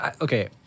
okay